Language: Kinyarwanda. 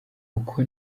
uko